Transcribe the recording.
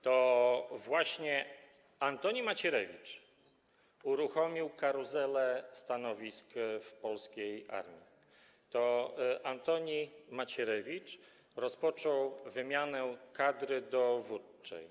To właśnie Antoni Macierewicz uruchomił karuzelę stanowisk w polskiej armii, to Antoni Macierewicz rozpoczął wymianę kadry dowódczej.